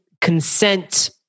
consent